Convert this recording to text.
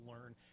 learn